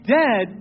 dead